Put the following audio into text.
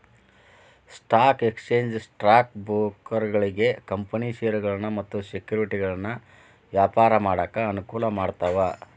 stock exchange stock ಬ್ರೋಕರ್ಗಳಿಗಿ company ಷೇರಗಳನ್ನ ಮತ್ತ ಸೆಕ್ಯುರಿಟಿಗಳನ್ನ ವ್ಯಾಪಾರ ಮಾಡಾಕ ಅನುಕೂಲ ಮಾಡ್ತಾವ